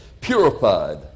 purified